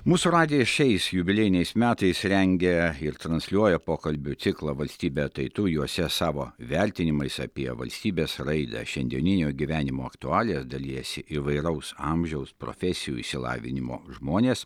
mūsų radijas šiais jubiliejiniais metais rengia ir transliuoja pokalbių ciklą valstybė tai tu juose savo vertinimais apie valstybės raidą šiandieninio gyvenimo aktualijas dalijasi įvairaus amžiaus profesijų išsilavinimo žmonės